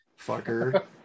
Fucker